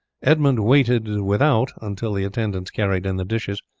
edmund waited without until the attendants carried in the dishes,